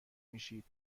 میشید